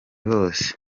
bose